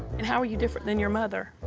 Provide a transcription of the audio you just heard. and how are you different than your mother?